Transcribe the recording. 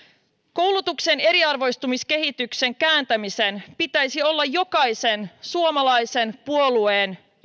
koulutuksen eriarvoistumiskehityksen kääntämisen pitäisi olla jokaisen suomalaisen puolueen